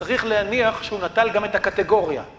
צריך להניח שהוא נטל גם את הקטגוריה.